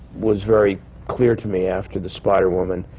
was very clear to me after the spiderwoman